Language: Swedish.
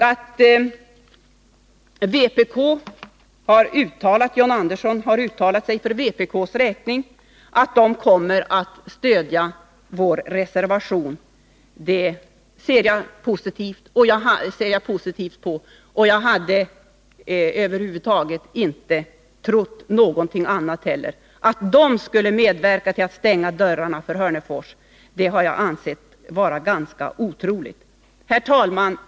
Att John Andersson på vpk:s vägnar har sagt att vpk kommer att stödja vår reservation är positivt. Jag hade över huvud taget inte heller trott någonting annat. Att vpk skulle medverka till att stänga dörrarna för Hörnefors har jag ansett vara ganska otroligt. Herr talman!